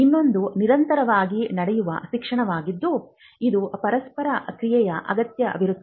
ಇನ್ನೊಂದು ನಿರಂತರವಾಗಿ ನಡೆಯುವ ಶಿಕ್ಷಣವಾಗಿದ್ದು ಇದು ಪರಸ್ಪರ ಕ್ರಿಯೆಯ ಅಗತ್ಯವಿರುತ್ತದೆ